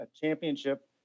championship